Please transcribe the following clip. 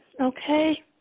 okay